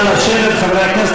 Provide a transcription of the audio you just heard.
נא לשבת, חברי הכנסת.